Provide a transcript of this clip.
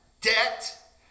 debt